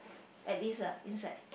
at least ah inside